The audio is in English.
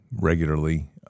regularly